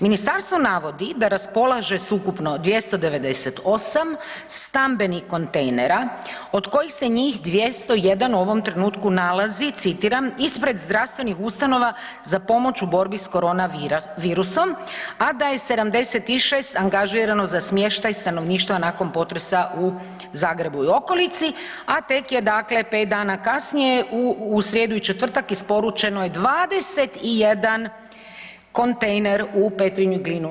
Ministarstvo navodi da raspolaže s ukupno 298 stambenih kontejnera od kojih se njih 201 u ovom trenutku nalazi, citiram, ispred zdravstvenih ustanova za pomoć u borbi s korona virusom, a da je 76 angažirano za smještaj stanovništva nakon potresa u Zagrebu i okolici, a tek je dakle 5 dana kasnije u srijedu i četvrtak isporučeno je 21 kontejner u Petrinju i Glinu.